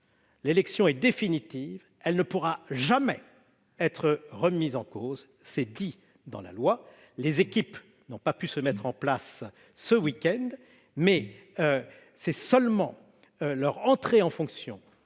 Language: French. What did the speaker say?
l'élection est définitive, elle ne pourra jamais être remise en cause. C'est écrit dans ce texte. Les équipes n'ont pas pu se mettre en place ce week-end, mais c'est seulement leur entrée en fonctions